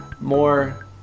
more